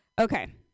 Okay